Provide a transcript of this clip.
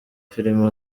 filime